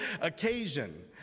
occasion